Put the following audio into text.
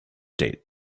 date